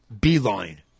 Beeline